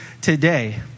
today